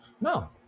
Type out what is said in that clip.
No